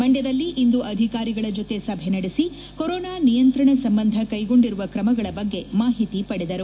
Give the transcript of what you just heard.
ಮಂಡ್ಕದಲ್ಲಿಂದು ಅಧಿಕಾರಿಗಳ ಜೊತೆ ಸಭೆ ನಡೆಸಿ ಕೊರೊನಾ ನಿಯಂತ್ರಣ ಸಂಬಂಧ ಕೈಗೊಂಡಿರುವ ಕ್ರಮಗಳ ಬಗ್ಗೆ ಮಾಹಿತಿ ಪಡೆದರು